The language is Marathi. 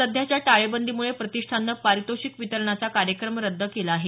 सध्याच्या टाळेबंदीमुळे प्रतिष्ठाणनं पारितोषिक वितरणाचा कार्यक्रम रद्द केला आहे